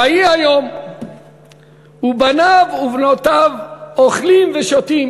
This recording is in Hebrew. ויהי היום ובניו ובנותיו אוכלים ושותים